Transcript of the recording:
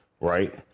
right